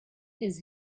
his